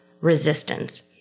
resistance